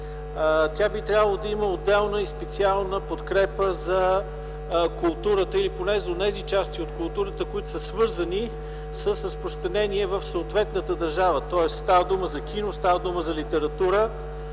тя би трябвало да има отделна и специална подкрепа за културата или поне за онези части от културата, които са свързани с разпространение в съответната държава – става дума за кино, става дума за литература.